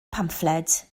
pamffled